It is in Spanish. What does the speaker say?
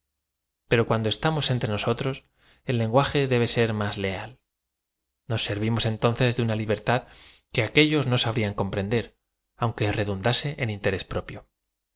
pero cuando es tamos entre nosotros el lenguajo debe ser más leal nos serrim os entonces de una libertad que aquél no sabrían comprender aunque redundase en interés propio